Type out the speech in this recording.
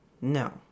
no